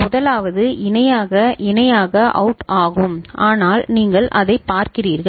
முதலாவது இணையாக இணையாக அவுட் ஆகும் ஆனால் நீங்கள் அதைப் பார்க்கிறீர்கள்